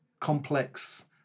complex